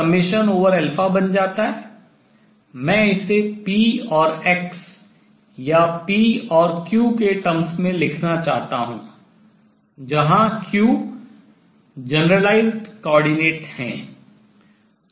तो यह 2πm बन जाता है मैं इसे p और x या p और q के terms पदों में लिखना चाहता हूँ जहां q generalized coordinate सामान्यीकृत निर्देशांक है